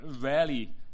rarely